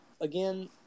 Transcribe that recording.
again